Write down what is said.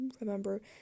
remember